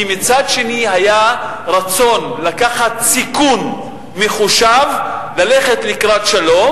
כי מצד שני היה רצון לקחת סיכון מחושב ללכת לקראת שלום,